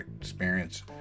experience